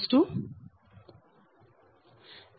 5 0